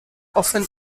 often